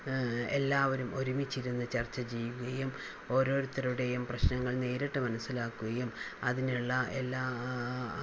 എല്ലാവരും ഒരുമിച്ചിരുന്ന് ചർച്ച ചെയ്യുകയും ഓരോരുത്തരുടെയും പ്രശ്നങ്ങൾ നേരിട്ട് മനസ്സിലാക്കുകയും അതിനുള്ള എല്ലാ